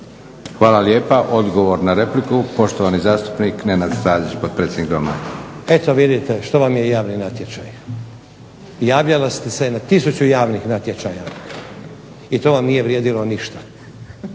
Hvala lijepa. Odgovor na repliku, poštovani zastupnik Nenad Stazić, potpredsjednik Doma. **Stazić, Nenad (SDP)** Eto vidite što vam je javni natječaj. Javljali ste se na tisuću javnih natječaja i to vam nije vrijedilo ništa,